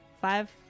Five